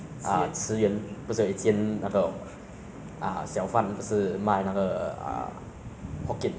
就是亲戚都说 bought 但是 w~ 是看各人的口感 ah 我觉得是